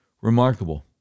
Remarkable